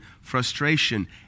frustration